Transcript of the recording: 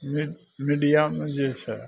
मि मिडियामे जे छै